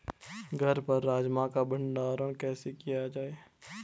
घर पर राजमा का भण्डारण कैसे किया जाय?